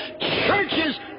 churches